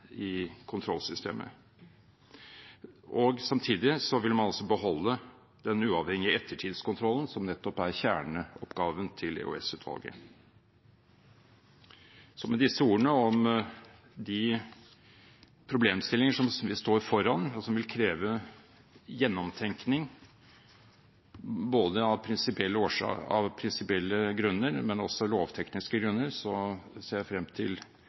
i kontrollsystemet. Samtidig vil man altså beholde den uavhengige ettertidskontrollen, som nettopp er kjerneoppgaven til EOS-utvalget. Med disse ordene om de problemstillinger som vi står foran, og som vil kreve gjennomtenkning både av prinsipielle grunner og av lovtekniske grunner, ser jeg frem til